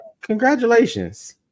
Congratulations